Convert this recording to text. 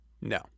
No